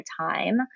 time